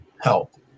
help